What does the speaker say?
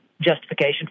justification